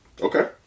Okay